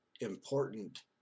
important